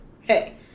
hey